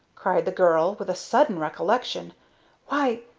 cried the girl, with a sudden recollection why,